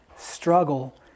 struggle